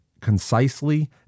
concisely